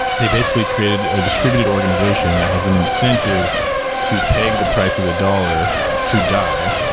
they basically created a distributed organization that has an incentive to peg the price of the dollar to dai,